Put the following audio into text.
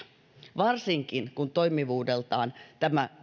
varsinkin kun toimivuudeltaan tämä